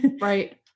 Right